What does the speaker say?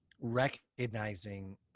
recognizing